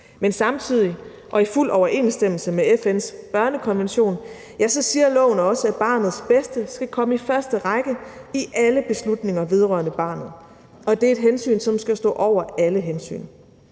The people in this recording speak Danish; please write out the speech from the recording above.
Men samtidig og i fuld overensstemmelse med FN's børnekonvention siger loven også, at barnets bedste skal komme i første række i alle beslutninger vedrørende barnet. Det er et hensyn, der skal stå over alle hensyn.